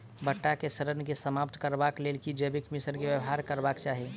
भंटा केँ सड़न केँ समाप्त करबाक लेल केँ जैविक मिश्रण केँ व्यवहार करबाक चाहि?